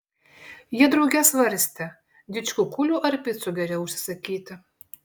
jie drauge svarstė didžkukulių ar picų geriau užsisakyti